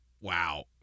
Wow